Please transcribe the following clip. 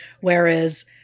whereas